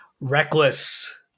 Reckless